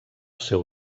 seu